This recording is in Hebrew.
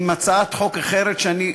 עם הצעת חוק אחרת שאני,